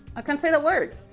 ah can't say the word.